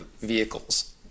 vehicles